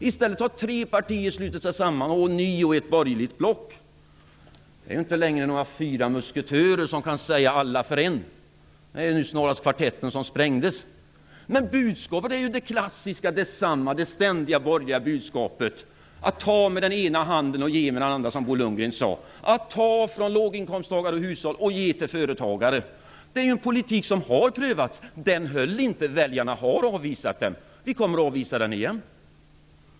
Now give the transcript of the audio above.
I stället har tre partier ånyo slutit sig samman i ett borgerligt block. Det är inte längre några fyra musketörer som kan säga: Alla för en! Det är snarast Kvartetten som sprängdes. Budskapet är detsamma - det ständiga borgerliga budskapet - att ta med den ena handen och ge med den andra, som Bo Lundgren sade. Man tar från låginkomsttagare och hushåll och ger till företagare. Det är en politik som har prövats. Den höll inte, och väljarna har avvisat den. Vi kommer att avvisa den igen.